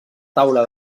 taula